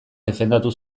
defendatu